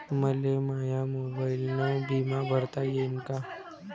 मले माया मोबाईलनं बिमा भरता येईन का?